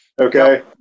Okay